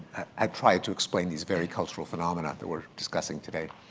ah tried to explain these very cultural phenomenon that we're discussing today.